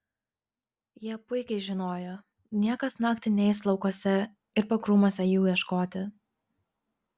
jie puikiai žinojo niekas naktį neis laukuose ir pakrūmiuose jų ieškoti